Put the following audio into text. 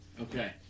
okay